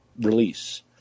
release